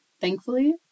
Thankfully